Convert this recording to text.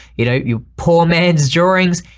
you know, you pour man's drawings,